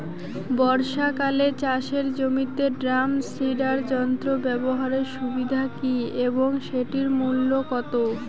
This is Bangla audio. বর্ষাকালে চাষের জমিতে ড্রাম সিডার যন্ত্র ব্যবহারের সুবিধা কী এবং সেটির মূল্য কত?